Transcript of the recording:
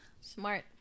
smart